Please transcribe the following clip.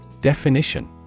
Definition